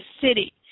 city